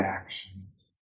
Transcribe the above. actions